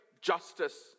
justice